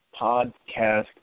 podcast